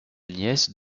nièce